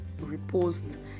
repost